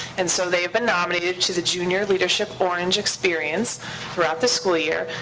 and so they have been nominated to the junior leadership orange experience throughout the school year,